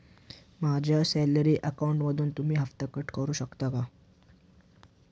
माझ्या सॅलरी अकाउंटमधून तुम्ही हफ्ता कट करू शकता का?